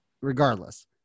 regardless